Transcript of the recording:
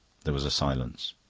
there was a silence.